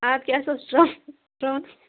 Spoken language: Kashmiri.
اَدٕ کیٛاہ اَسہِ اوس ٹرانٕس ٹرٛا